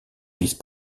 vice